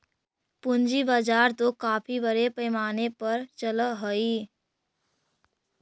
पूंजी बाजार तो काफी बड़े पैमाने पर चलअ हई